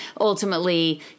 ultimately